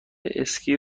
اسکی